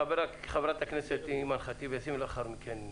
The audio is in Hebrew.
חברת הכנסת אימאן ח'טיב יאסין, בבקשה.